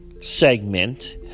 segment